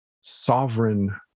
sovereign